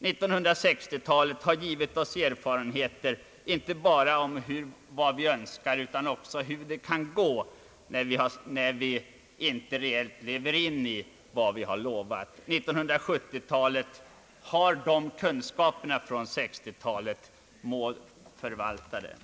1960-talet har givit oss erfarenheter, inte bara om vad vi önskar utan också om varför vi inte uppfyller vad vi har lovat. 1970 talet har de kunskaperna från 1960-talet. Må det förvalta dem!